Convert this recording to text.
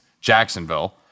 Jacksonville